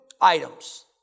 items